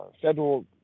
federal